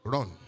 Run